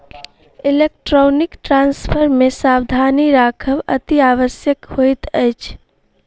electronic transfer मे सावधानी राखब अतिआवश्यक होइत अछि